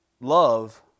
love